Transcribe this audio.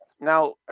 now